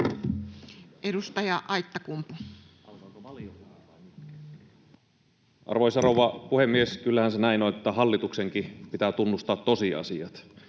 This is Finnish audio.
13:18 Content: Arvoisa rouva puhemies! Kyllähän se näin on, että hallituksenkin pitää tunnustaa tosiasiat.